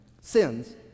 sins